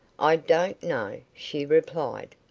i don't know, she replied.